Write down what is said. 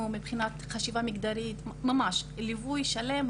מבחינת חשיבה מגדרית ממש ליווי שלם,